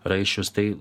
raiščius tai